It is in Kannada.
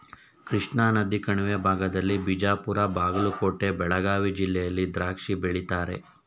ಕೃಷ್ಣಾನದಿ ಕಣಿವೆ ಭಾಗದಲ್ಲಿ ಬಿಜಾಪುರ ಬಾಗಲಕೋಟೆ ಬೆಳಗಾವಿ ಜಿಲ್ಲೆಯಲ್ಲಿ ದ್ರಾಕ್ಷಿ ಬೆಳೀತಾರೆ